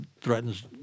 threatens